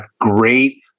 great